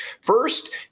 First